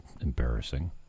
embarrassing